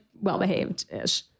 well-behaved-ish